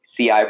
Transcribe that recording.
CI